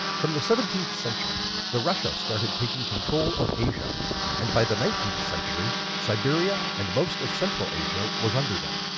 from the seventeenth century the russia started taking control of asia and by the nineteenth century siberia and most of central asia was under them.